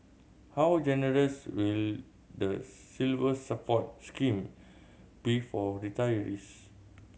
how generous will the Silver Support scheme be for retirees